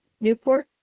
Newport